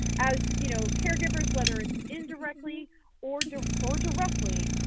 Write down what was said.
as you know, caregivers whether it's indirectly or or directly,